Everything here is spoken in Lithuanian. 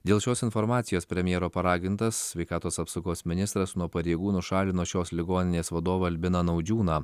dėl šios informacijos premjero paragintas sveikatos apsaugos ministras nuo pareigų nušalino šios ligoninės vadovą albiną naudžiūną